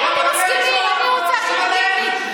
צריך להצביע לנתניהו.